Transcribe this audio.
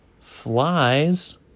flies